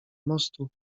mostu